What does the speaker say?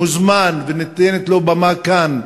מוזמן וניתנת לו במה כאן,